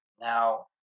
Now